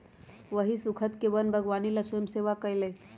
वही स्खुद के वन बागवानी ला स्वयंसेवा कई लय